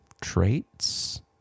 traits